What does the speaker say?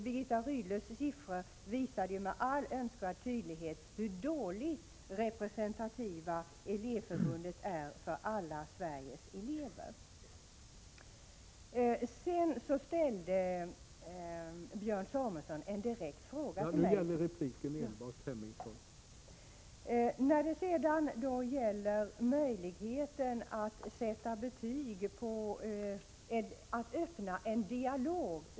Birgitta Rydles siffror visade med all önskvärd tydlighet hur föga representativt Elevförbundet är när det gäller alla Sveriges elever. Sedan några ord om möjligheten att sätta betyg och att öppna en dialog.